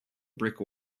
brick